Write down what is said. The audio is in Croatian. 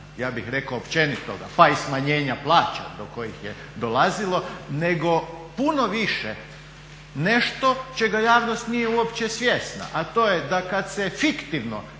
ja bih rekao općenitoga pa i smanjenja plaća do kojih je dolazilo nego puno više, nešto čega javnost nije uopće svjesna. A to je da kada se fiktivno